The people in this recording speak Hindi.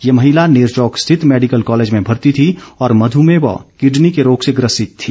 ये महिला नेरवौक स्थित मेडिकल कॉलेज में भर्ती थी और मध्रमेह व किडनी के रोग से ग्रसित थी